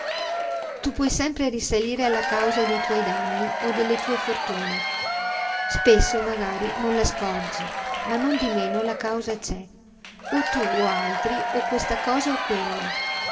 tu puoi sempre risalire alla causa de tuoi danni o delle tue fortune spesso magari non la scorgi ma non di meno la causa c'è o tu o altri o questa cosa o quella